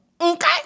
Okay